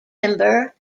timber